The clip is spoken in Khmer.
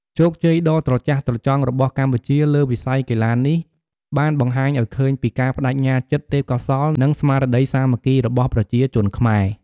ជោគជ័យដ៏ត្រចះត្រចង់របស់កម្ពុជាលើវិស័យកីឡានេះបានបង្ហាញឱ្យឃើញពីការប្តេជ្ញាចិត្ត ទេពកោសល្យ និងស្មារតីសាមគ្គីរបស់ប្រជាជនខ្មែរ។